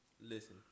Listen